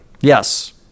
Yes